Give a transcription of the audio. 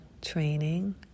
training